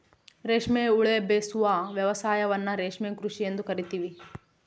ರೇಷ್ಮೆ ಉಬೆಳೆಸುವ ವ್ಯವಸಾಯವನ್ನ ರೇಷ್ಮೆ ಕೃಷಿ ಎಂದು ಕರಿತೀವಿ